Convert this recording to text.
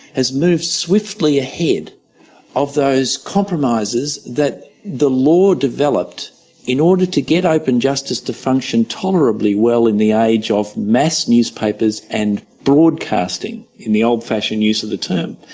has moved swiftly ahead of those compromises that the law developed in order to get open justice to function tolerably well in the age of mass newspapers and broadcasting, in the old-fashioned use of the term.